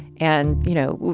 and, you know,